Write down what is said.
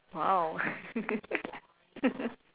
!wow!